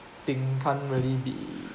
thing can't really be